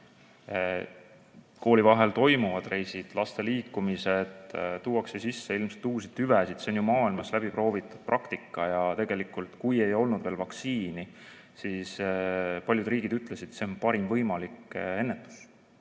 koolivaheajal toimuvad reisid ja lapsed liiguvad, siis tuuakse ilmselt sisse uusi tüvesid. See on ju maailmas läbiproovitud praktika. Tegelikult, kui ei olnud veel vaktsiini, siis paljud riigid ütlesid, et see on parim võimalik ennetus,